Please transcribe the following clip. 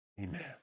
Amen